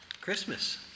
Christmas